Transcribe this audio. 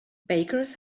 bakers